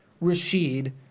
Rashid